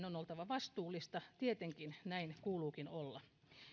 on oltava vastuullista tietenkin näin kuuluukin olla